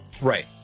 Right